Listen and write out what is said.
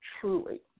truly